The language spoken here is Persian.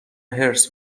حرص